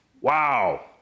wow